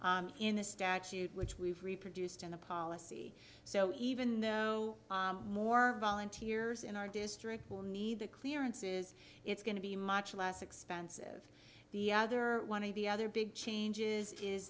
forth in the statute which we've reproduced in the policy so even though more volunteers in our district will need the clearances it's going to be much less expensive the other one of the other big changes is